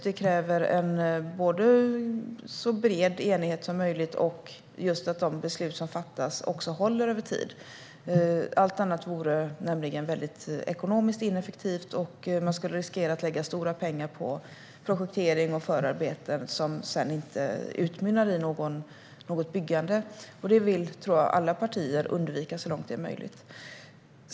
De kräver en så bred enighet som möjligt och att de beslut som fattas håller över tid. Allt annat vore ekonomiskt ineffektivt, och det skulle finnas risk för att stora pengar skulle läggas på projektering och förarbeten som sedan inte utmynnar i något byggande. Det vill alla partier undvika så långt det är möjligt.